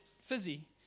fizzy